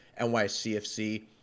NYCFC